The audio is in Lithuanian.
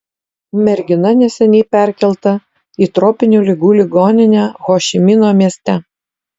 mergina neseniai perkelta į tropinių ligų ligoninę ho ši mino mieste